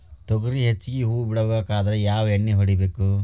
ತೊಗರಿ ಹೆಚ್ಚಿಗಿ ಹೂವ ಬಿಡಬೇಕಾದ್ರ ಯಾವ ಎಣ್ಣಿ ಹೊಡಿಬೇಕು?